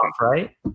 Right